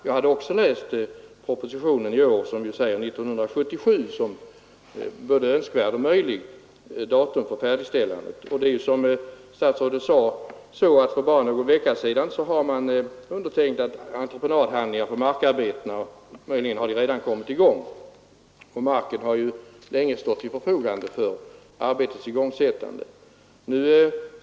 Jag har också läst årets proposition där 1977 anges som en både önskvärd och möjlig tidpunkt för färdigställandet. Och det är ju som statsrådet sade så, att för någon vecka sedan har man undertecknat entreprenadhandlingar för markarbetena. Möjligen har de redan kommit i gång, och marken har länge stått till förfogande för arbetets igångsättande.